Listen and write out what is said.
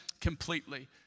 completely